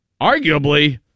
arguably